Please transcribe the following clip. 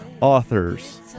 authors